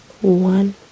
one